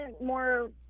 more